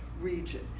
region